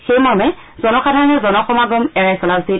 সেইমৰ্মে জনসাধাৰণে জনসমাগম এৰাই চলা উচিত